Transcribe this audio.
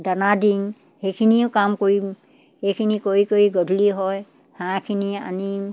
দানা দিং সেইখিনিও কাম কৰিম সেইখিনি কৰি কৰি গধূলি হয় হাঁহখিনি আনি